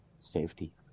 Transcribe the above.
safety